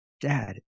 dad